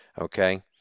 okay